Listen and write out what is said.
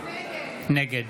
נגד